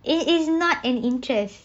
it is not an interest